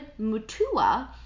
Mutua